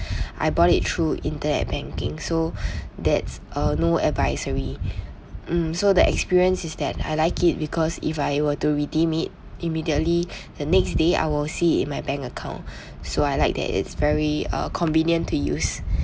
I bought it through internet banking so that's uh no advisory mm so the experience is that I like it because if I were to redeem it immediately the next day I will see it in my bank account so I like that it's very uh convenient to use